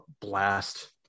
blast